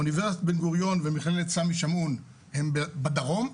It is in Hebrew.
אוניברסיטת בן גוריון ומכללת סמי שמעון הם בדרום.